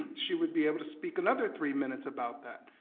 she would be able to speak another three minutes about that.